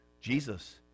jesus